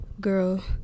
Girl